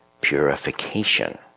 purification